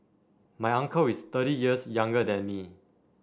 my uncle is thirty years younger than me